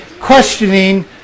questioning